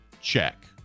Check